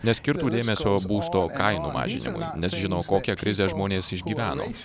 neskirtų dėmesio būsto kainų mažinimui nes žino kokią krizę žmonės išgyveno